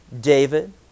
David